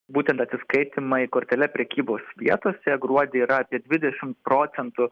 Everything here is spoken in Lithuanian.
būtent atsiskaitymai kortele prekybos vietose gruodį yra apie dvidešim procentų